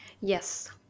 Yes